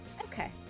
okay